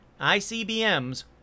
ICBMs